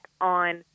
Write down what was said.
on